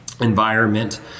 environment